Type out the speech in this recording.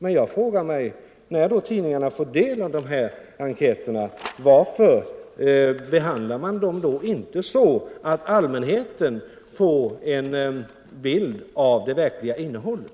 Men jag frågar mig: När nu tidningarna får ta del av dessa enkäter, varför behandlar de dem inte så, att allmänheten får en rättvisande bild av innehållet?